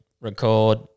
record